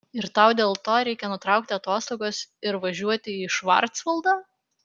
ir tau dėl to reikia nutraukti atostogas ir važiuoti į švarcvaldą